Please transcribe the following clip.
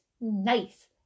nice